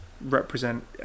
represent